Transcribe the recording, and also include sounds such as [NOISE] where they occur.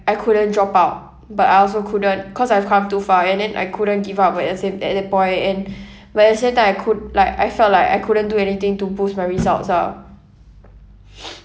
I couldn't drop out but I also couldn't cause I've come too far and then I couldn't give up where as in at that point and [BREATH] when I say that I could like I felt like I couldn't do anything to boost my results ah [NOISE]